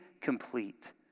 complete